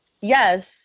Yes